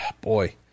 boy